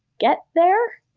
get there?